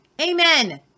Amen